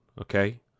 Okay